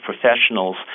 professionals